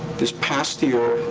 this past year,